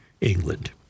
England